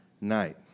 night